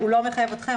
הוא לא מחייב אתכם,